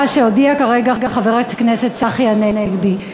שהודיע עליו כרגע חבר הכנסת צחי הנגבי.